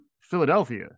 Philadelphia